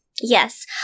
Yes